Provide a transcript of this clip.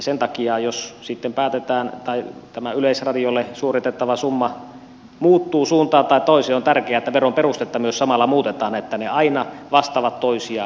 sen takia jos tämä yleisradiolle suoritettava summa muuttuu suuntaan tai toiseen on tärkeää että veron perustetta myös samalla muutetaan niin että ne aina vastaavat toisiaan